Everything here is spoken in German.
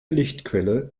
lichtquelle